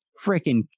freaking